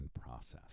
process